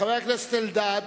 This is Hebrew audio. חבר הכנסת אלדד,